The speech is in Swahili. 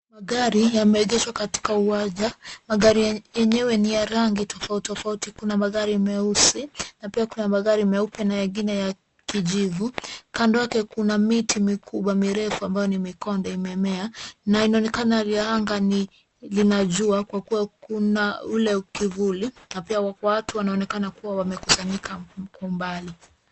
Magari yameegeshwa katika uwanja. Magari yenyewe ni ya rangi tofauti tofauti. Kuna magari meusi na pia kuna magari meupe na mengine ya kijivu. Kando yake kuna miti mikubwa mirefu ambayo ni mikonde imemea na inaonekana hali ya anga lina jua kwa kuwa ule kivuli na pia watu wanaonekana kuwa wamekusanyika kwa umbali.